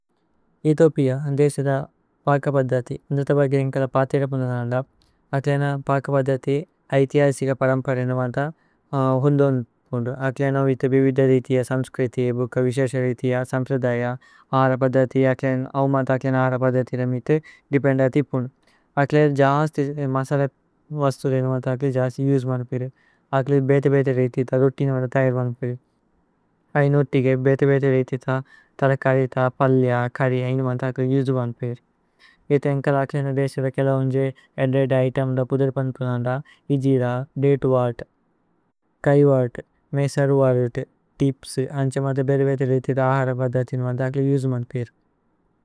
ഏഥോപിഅ, അന്ദേസിത പക പദ്ദതി ഇന്ദ്ര തബഗിരിന്। കല പതേര പുന്ദനന്ദ് അക്ലേന പക പദ്ദതി। ഹൈഥിഅസിഗ പരമ്പര ഇനുമത ഹോന്ദോന് പുന്ദു। അക്ലേന വിത ബിഭിദ രിതിയ സമ്സ്ക്രിതി ബുക। വിസസ രിതിയ സമ്സുദയ അഹര। പദ്ദതി അക്ലേന ഔമത അക്ലേന അഹര പദ്ദതി। രമിതു, ദേപേന്ദതി പുന്ദു। അക്ലേന ജഹസ്തി മസല। വസ്തു ഇനുമത അക്ലേ ജഹസ്തി യുജ്മനുപിരു അക്ലേ। ബേതി ബേതി രിതിത രുതിന വന തയര്മനുപിരു। ഐനൂത്തിഗേ ബേതി ബേതി രിതിത തരകരിത പല്ലി। കരിയ ഇനുമത അക്ലേ യുജ്മനുപിരു ഏത ഇന്കലേ। അക്ലേന ദേസിര കേല ഹോന്ജേ ഏദ്ദേ, ദൈതേ, അമ്ദ। പുദര് പന്പുനന്ദ ഹിജിര ദതേ വത് കൈ വത്। മേസര് വത് തിപ്സ് അന്ഛ മജ ബേതി ബേതി രിതിത। അഹര പദ്ദതി ഇനുമത അക്ലേ യുജ്മനുപിരു।